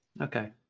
Okay